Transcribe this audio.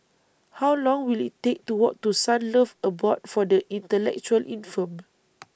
How Long Will IT Take to Walk to Sunlove Abode For The Intellectually Infirmed